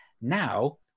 Now